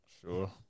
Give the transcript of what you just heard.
Sure